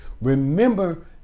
Remember